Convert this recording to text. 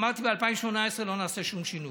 אמרתי: ב-2018 לא נעשה שום שינוי,